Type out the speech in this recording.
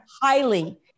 highly